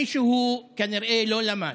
מישהו כנראה לא למד